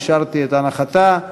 אישרתי את הנחתה.